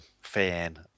fan